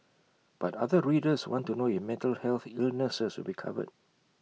but other readers want to know if mental health illnesses will be covered